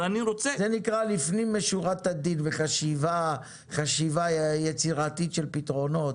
זה נקרא לפנים משורת הדין וחשיבה יצירתית של פתרונות.